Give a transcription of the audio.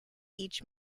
each